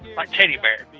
like teddy bear.